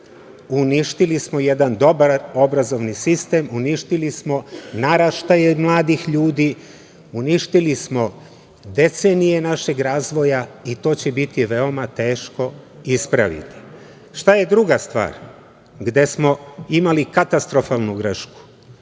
uništili smo jedan dobar obrazovni sistem, uništili smo naraštaje mladih ljudi, uništili smo decenije našeg razvoja i to će biti veoma teško ispraviti. Šta je druga stvar gde smo imali katastrofalnu grešku?